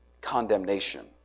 condemnation